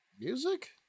Music